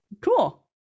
Cool